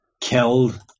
killed